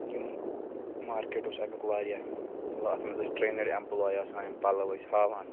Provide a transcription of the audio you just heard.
یِم مارکیٹ اوس اَمیُک واریاہ مطلب اَتھ منٛز ٲسۍ ٹرٛینٕڈ ایمپلاے آسان یِم پَلَو ٲسۍ ہاوان